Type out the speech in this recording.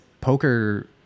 poker